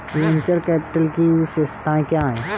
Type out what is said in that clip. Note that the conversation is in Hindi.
वेन्चर कैपिटल की विशेषताएं क्या हैं?